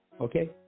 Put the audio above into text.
Okay